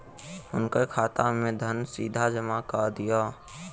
हुनकर खाता में धन सीधा जमा कअ दिअ